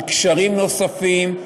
על קשרים נוספים.